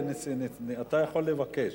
אתה יכול לבקש.